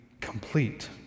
complete